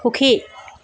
সুখী